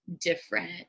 different